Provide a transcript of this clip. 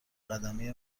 قدمی